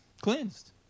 cleansed